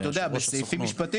אתה יודע בסעיפים משפטיים,